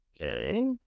okay